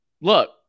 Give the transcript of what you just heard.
look